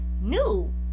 new